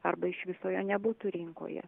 arba iš viso jo nebūtų rinkoje